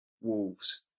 Wolves